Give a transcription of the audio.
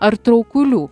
ar traukulių